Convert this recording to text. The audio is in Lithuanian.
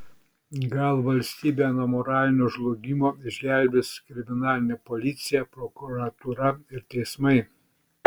gal valstybę nuo moralinio žlugimo išgelbės kriminalinė policija prokuratūra ir teismai